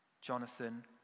Jonathan